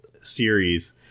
series